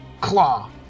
Claw